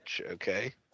Okay